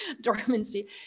dormancy